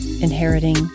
inheriting